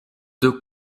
deux